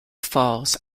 falls